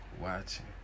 watching